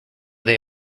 they